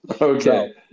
Okay